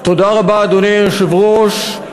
אדוני היושב-ראש,